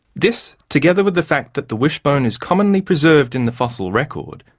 this, together with the fact that the wishbone is commonly preserved in the fossil record,